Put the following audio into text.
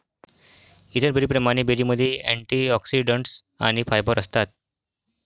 इतर बेरींप्रमाणे, बेरीमध्ये अँटिऑक्सिडंट्स आणि फायबर असतात